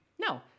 No